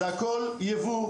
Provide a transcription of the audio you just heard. זה הכול ייבוא,